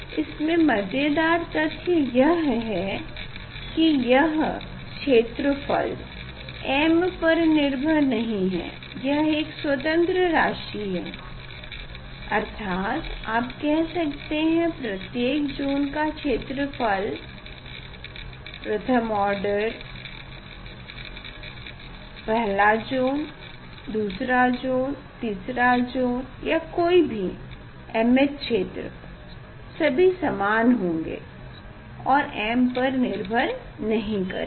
इसमे मजेदार तथ्य यह है की यह क्षेत्रफल m पर निर्भर नहीं ये एक स्वतंत्र राशि होगी अर्थात आप कह सकते हैं प्रत्येक ज़ोन का क्षेत्रफल प्रथम ऑर्डर पहला ज़ोन दूसरा ज़ोन तीसरा ज़ोन या कोई भी mth क्षेत्रफल सभी समान होंगे और m पर निर्भर नहीं करेंगे